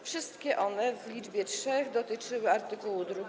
Wszystkie one, w liczbie trzech, dotyczyły art. 2.